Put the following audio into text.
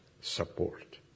support